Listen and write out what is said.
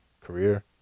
career